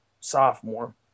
sophomore